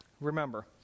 remember